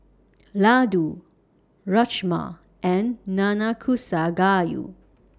Ladoo Rajma and Nanakusa Gayu